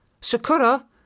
Sakura